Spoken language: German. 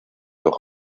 doch